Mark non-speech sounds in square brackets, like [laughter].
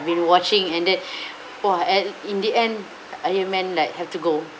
been watching and then [breath] !wah! and in the end iron man like have to go